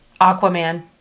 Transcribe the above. Aquaman